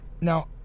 Now